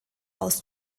aus